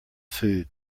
food